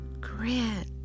grant